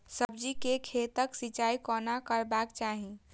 सब्जी के खेतक सिंचाई कोना करबाक चाहि?